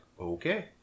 okay